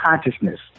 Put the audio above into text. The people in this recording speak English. consciousness